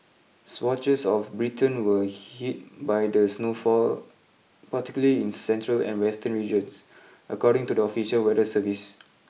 swatches of Britain were hit by the snowfall particularly in central and western regions according to the official weather service